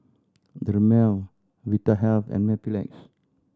Dermale Vitahealth and Mepilex